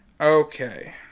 Okay